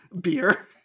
beer